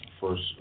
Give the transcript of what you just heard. First